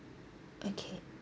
okay